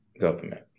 government